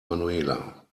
manuela